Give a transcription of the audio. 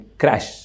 crash